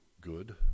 good